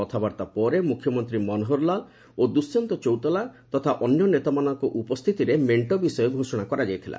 କଥାବାର୍ତ୍ତା ପରେ ମୁଖ୍ୟମନ୍ତ୍ରୀ ମନୋହର ଲାଲ ଓ ଦୁଷ୍ୟନ୍ତ ଚୌତାଲା ତଥା ଅନ୍ୟ ନେତାମାନଙ୍କ ଉପସ୍ଥିତିରେ ମେଣ୍ଟ ବିଷୟ ଘୋଷଣା କରାଯାଇଥିଲା